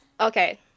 okay